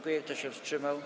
Kto się wstrzymał?